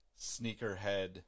sneakerhead